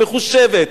מחושבת,